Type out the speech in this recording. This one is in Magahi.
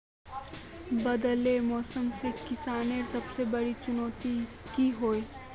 बदलते मौसम से किसानेर सबसे बड़ी चुनौती की होय?